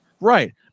Right